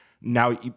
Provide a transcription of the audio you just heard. Now